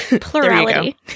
Plurality